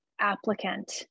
applicant